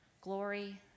Glory